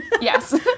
Yes